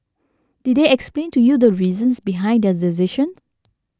did they explain to you the reasons behind their decision